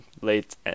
late